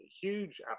huge